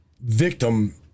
victim